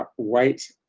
ah white,